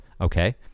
Okay